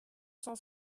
cent